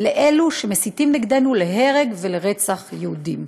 לאלו שמסיתים נגדנו, להרג ולרצח יהודים.